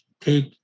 take